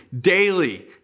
daily